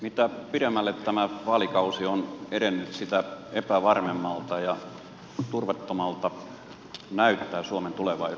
mitä pidemmälle tämä vaalikausi on edennyt sitä epävarmemmalta ja turvattomammalta näyttää suomen tulevaisuus